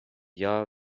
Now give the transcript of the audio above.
yağ